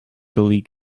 gully